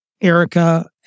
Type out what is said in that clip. Erica